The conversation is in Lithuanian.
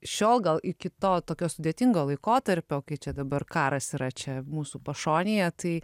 šiol gal iki to tokio sudėtingo laikotarpio kai čia dabar karas yra čia mūsų pašonėje tai